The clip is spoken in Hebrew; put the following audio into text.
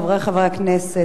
חברי חברי הכנסת,